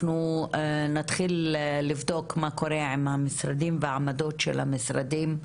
אנחנו נתחיל לבדוק מה קורה עם המשרדים והעמדות של המשרדים.